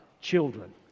children